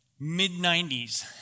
Mid-90s